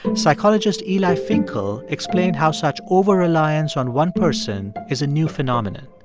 psychologist eli finkel explained how such overreliance on one person is a new phenomenon.